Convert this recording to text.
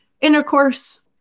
intercourse